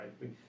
right